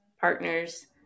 partners